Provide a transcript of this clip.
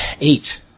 Eight